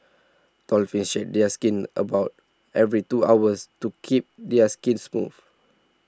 dolphins shed their skin about every two hours to keep their skin smooth